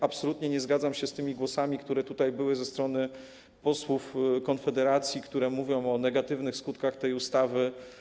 Absolutnie nie zgadzam się z tymi głosami, które padły ze strony posłów Konfederacji, które mówią o negatywnych skutkach tej ustawy.